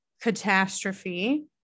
catastrophe